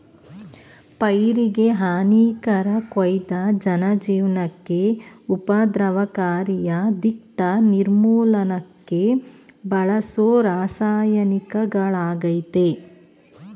ಪೈರಿಗೆಹಾನಿಕಾರಕ್ವಾದ ಜನಜೀವ್ನಕ್ಕೆ ಉಪದ್ರವಕಾರಿಯಾದ್ಕೀಟ ನಿರ್ಮೂಲನಕ್ಕೆ ಬಳಸೋರಾಸಾಯನಿಕಗಳಾಗಯ್ತೆ